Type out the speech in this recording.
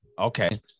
Okay